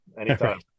anytime